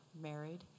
married